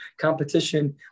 competition